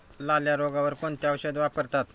लाल्या रोगावर कोणते औषध वापरतात?